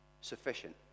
Sufficient